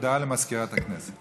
הודעה למזכירת הכנסת.